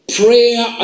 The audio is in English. prayer